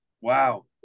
wow